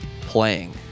playing